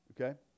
Okay